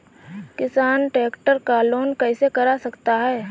किसान ट्रैक्टर का लोन कैसे करा सकता है?